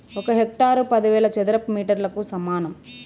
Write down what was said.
ఒక హెక్టారు పదివేల చదరపు మీటర్లకు సమానం